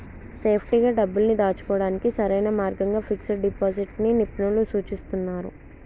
సేఫ్టీగా డబ్బుల్ని దాచుకోడానికి సరైన మార్గంగా ఫిక్స్డ్ డిపాజిట్ ని నిపుణులు సూచిస్తున్నరు